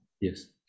Yes